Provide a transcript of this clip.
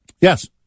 Yes